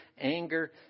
anger